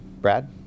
Brad